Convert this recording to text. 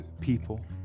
people